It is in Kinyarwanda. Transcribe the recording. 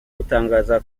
butangaza